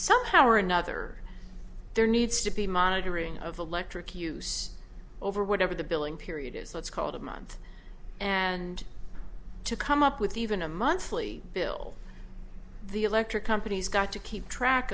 somehow or another there needs to be monitoring of electric use over whatever the billing period is let's call it a month and to come up with even a monthly bill the electric companies got to keep track